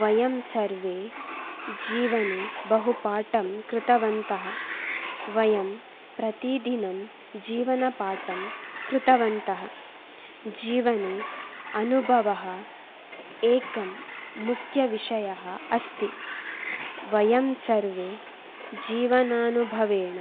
वयं सर्वे जीवने बहुपाठं कृतवन्तः वयं प्रतिदिनं जीवनपाठं कृतवन्तः जीवने अनुभवः एकः मुक्यविषयः अस्ति वयं सर्वे जीवनानुभवेन